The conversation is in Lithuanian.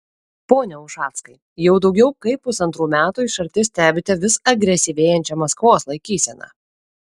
pone ušackai jau daugiau kaip pusantrų metų iš arti stebite vis agresyvėjančią maskvos laikyseną